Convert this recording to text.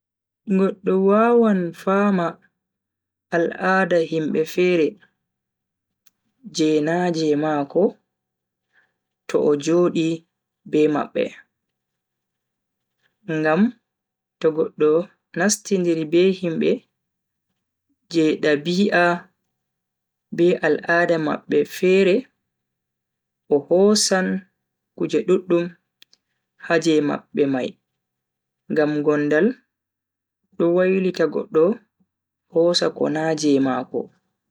Goddo wawan faama al'ada himbe fere je na je mako to o jodi be mabbe. ngam to goddo nastindiri be himbe je dabi'a be al'ada mabbe fere o hosan kuje duddum ha je mabbe mai ngam gondal do wailita goddo hosa ko na je mako.